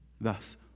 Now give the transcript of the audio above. Thus